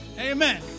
Amen